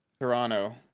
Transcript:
Toronto